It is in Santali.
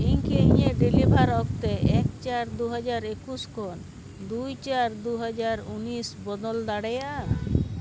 ᱤᱧ ᱠᱤ ᱤᱧᱟᱹᱜ ᱰᱮᱞᱤᱵᱷᱟᱨ ᱚᱠᱛᱮ ᱮᱹᱠ ᱪᱟᱨ ᱫᱩ ᱦᱟᱡᱟᱨ ᱮᱠᱩᱥ ᱠᱷᱚᱱ ᱫᱩᱭ ᱪᱟᱨ ᱫᱩ ᱦᱟᱡᱟᱨ ᱩᱱᱤᱥ ᱵᱚᱫᱚᱞ ᱫᱟᱲᱮᱭᱟᱜᱼᱟ